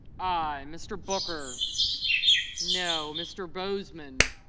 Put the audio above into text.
i. mr. booker no. mr. bozeman